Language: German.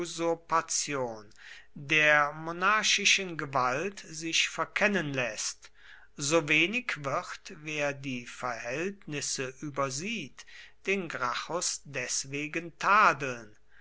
usurpation der monarchischen gewalt sich verkennen läßt so wenig wird wer die verhältnisse übersieht den gracchus deswegen tadeln